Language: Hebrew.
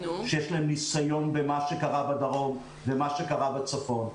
שיש להם ניסיון במה שקרה בדרום ומה שקרה בצפון,